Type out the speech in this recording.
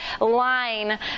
line